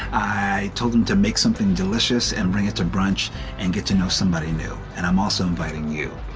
i told them to make something delicious and bring it to brunch and get to know somebody new and i'm also inviting you.